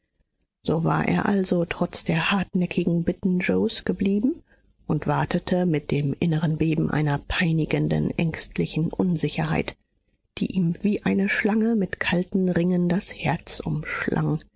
so war er also trotz der hartnäckigen bitten yoes geblieben und wartete mit dem inneren beben einer peinigenden ängstlichen unsicherheit die ihm wie eine schlange mit kalten ringen das herz umschlang